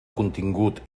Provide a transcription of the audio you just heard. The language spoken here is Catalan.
contingut